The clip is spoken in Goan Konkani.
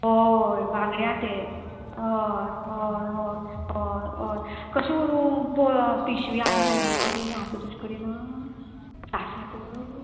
हय बांगड्या ते हय हय हय हय हय कशें व्हरूं पो पिशवी हांयें हाडली ना गे आसा तुजे कडेन आसात